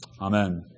Amen